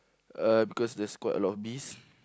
uh because there's quite a lot of bees